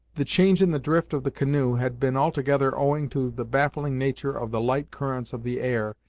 the change in the drift of the canoe had been altogether owing to the baffling nature of the light currents of the air,